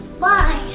Bye